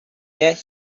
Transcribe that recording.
that